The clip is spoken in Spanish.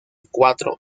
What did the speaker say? cuatro